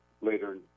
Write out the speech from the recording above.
later